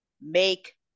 make